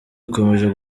ikomeje